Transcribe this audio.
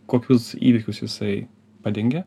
kokius įvykius jisai padengia